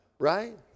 Right